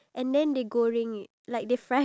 ya for real